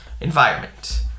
environment